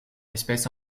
espèce